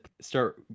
start